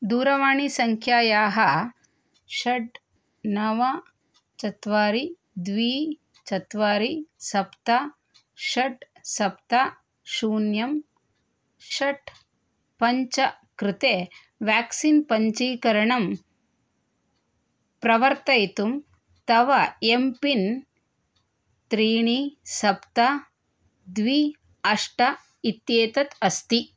दूरवाणीसङ्ख्यायाः षट् नव चत्वारि द्वे चत्वारि सप्त षट् सप्त शून्यं षट् पञ्च कृते व्याक्सीन् पञ्चीकरणं प्रवर्तयितुं तव एम् पिन् त्रीणि सप्त द्वे अष्ट इत्येतत् अस्ति